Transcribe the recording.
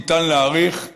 ניתן להעריך,